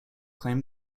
claim